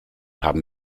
haben